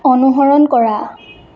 অনুসৰণ কৰা